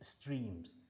streams